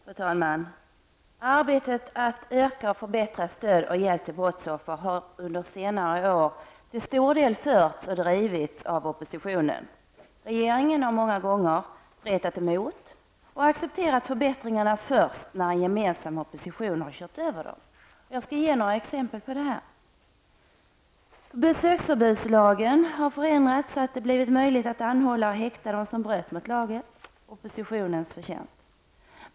Fru talman! Arbetet att öka och förbättra stöd och hjälp till brottsoffer har under senare år till stor del förts och drivits av oppositionen. Regeringen har många gånger stretat emot och accepterat förbättringarna först när en gemensam opposition har kört över den. Jag skall ge några exempel. Besöksförbudslagen har förändrats, så att det blivit möjligt att anhålla och häkta dem som bröt mot lagen -- oppositionens förtjänst.